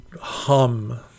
hum